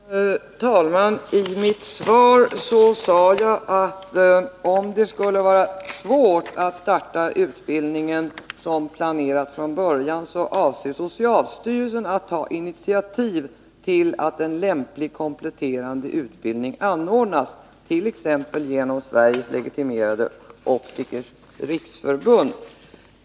Herr talman! I mitt svar sade jag att om det skulle vara svårt att starta utbildningen som planerat, avser socialstyrelsen att ta initiativ till att en lämplig kompletterande utbildning anordnas, t.ex. genom Sveriges legitimerade optikers riksförbund.